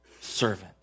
servant